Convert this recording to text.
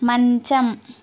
మంచం